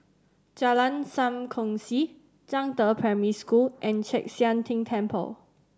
Jalan Sam Kongsi Zhangde Primary School and Chek Sian Tng Temple